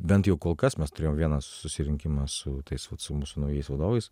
bent jau kol kas mes turėjom vieną susirinkimą su tais mūsų naujais vadovais